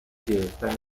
گرفتن